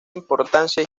importancia